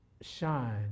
shine